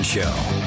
Show